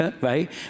right